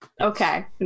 Okay